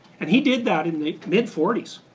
and he did that in the mid forties,